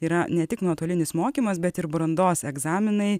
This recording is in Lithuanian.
yra ne tik nuotolinis mokymas bet ir brandos egzaminai